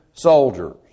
Soldiers